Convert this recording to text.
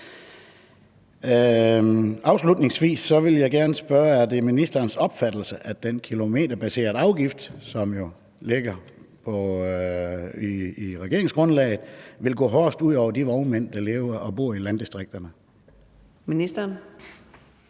Afslutningsvis vil jeg gerne spørge: Er det ministerens opfattelse, at den kilometerbaserede afgift, som ligger i regeringsgrundlaget, vil gå hårdest ud over de vognmænd, der lever og bor i landdistrikterne?